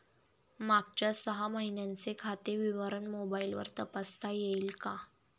मागच्या सहा महिन्यांचे खाते विवरण मोबाइलवर तपासता येईल का?